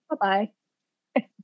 bye-bye